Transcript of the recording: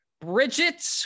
bridget